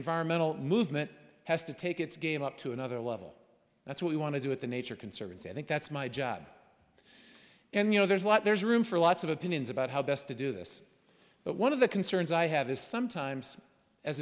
environmental movement has to take its game up to another level that's what we want to do with the nature conservancy i think that's my job and you know there's a lot there's room for lots of opinions about how best to do this but one of the concerns i have is sometimes as